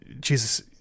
Jesus